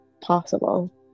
possible